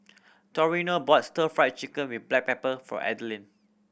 Toriano bought Stir Fried Chicken with black pepper for